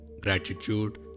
gratitude